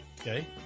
Okay